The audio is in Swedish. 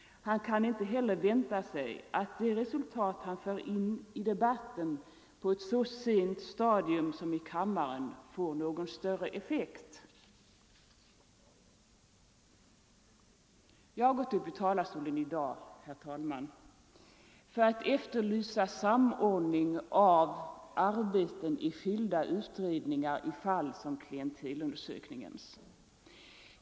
Han kan inte heller vänta sig att de resultat han för in i debatten på ett så sent stadium som i kammaren får någon större effekt. Jag har gått upp i talarstolen i dag, herr talman, för att efterlysa samordning av arbeten i skilda utredningar i fall som klientelundersökningen.